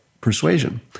persuasion